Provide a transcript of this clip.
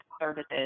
services